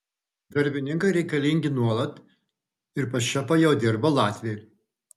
darbininkai reikalingi nuolat ir pas šefą jau dirba latviai